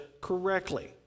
correctly